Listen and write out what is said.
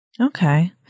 Okay